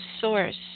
source